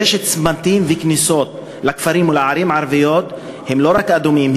יש צמתים וכניסות לכפרים ולערים הערביים שהם לא רק אדומים,